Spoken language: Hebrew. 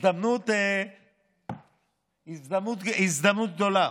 הזדמנות גדולה.